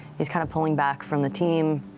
he's kind of pulling back from the team,